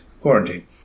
quarantine